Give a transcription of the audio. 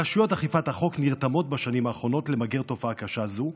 רשויות אכיפת החוק נרתמות בשנים האחרונות למגר תופעה קשה זו.